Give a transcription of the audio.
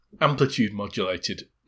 amplitude-modulated